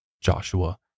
Joshua